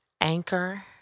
anchor